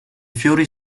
fiori